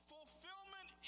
Fulfillment